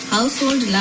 Household